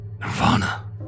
Nirvana